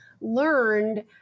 learned